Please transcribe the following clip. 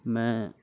मैं